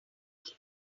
money